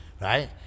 right